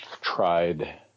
tried